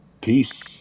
Peace